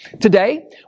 Today